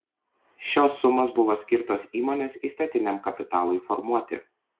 šios sumos buvo skirtos įmonės įstatiniam kapitalui formuoti